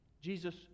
Jesus